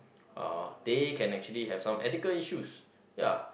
uh they can actually have some ethical issues ya